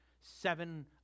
seven